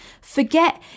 Forget